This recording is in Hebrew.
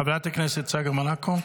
חברת הכנסת צגה מלקו,